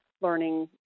learning